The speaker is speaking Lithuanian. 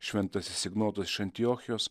šventasis ignotas iš antiochijos